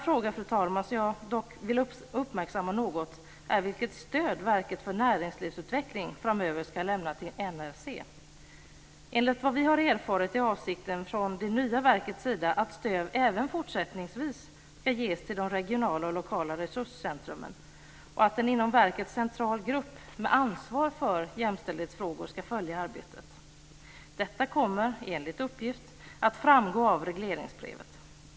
En annan fråga som jag vill uppmärksamma något är vilket stöd Verket för näringslivsutveckling framöver ska lämna till NRC. Enligt vad vi har erfarit är avsikten från det nya verkets sida att stöd även fortsättningsvis ska ges till de regionala och lokala resurscentrumen och att en inom verket central grupp med ansvar för jämställdhetsfrågor ska följa arbetet. Detta kommer, enligt uppgift, att framgå av regleringsbrevet.